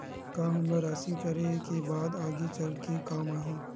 का हमला राशि करे के बाद आगे चल के काम आही?